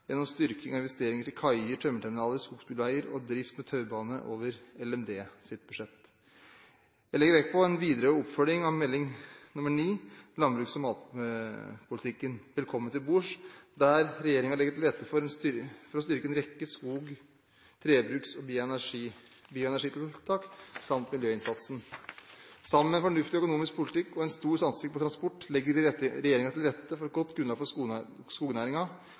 gjennom styrking av investeringer til kaier, tømmerterminaler, skogsbilveier og drift med taubane over Landbruks- og matdepartementets budsjett. Jeg legger vekt på en videre oppfølging av Meld. St. 9 for 2011–2012, Landbruks- og matpolitikken, Velkommen til bords, der regjeringen legger til rette for å styrke en rekke skog-, trebruks- og bioenergitiltak, samt miljøinnsatsen. Sammen med en fornuftig økonomisk politikk og en stor satsing på transport legger regjeringen til rette for et godt grunnlag for